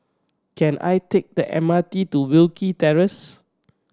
can I take the M R T to Wilkie Terrace